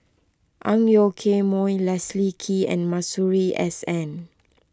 Ang Yoke Mooi Leslie Kee and Masuri S N